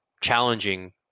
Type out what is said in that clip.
challenging